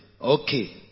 Okay